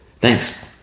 Thanks